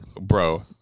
Bro